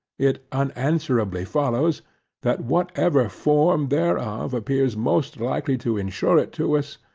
it unanswerably follows that whatever form thereof appears most likely to ensure it to us,